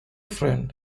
friend